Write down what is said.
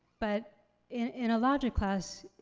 but in in a logic class,